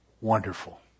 Wonderful